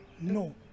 No